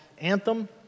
anthem